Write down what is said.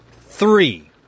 Three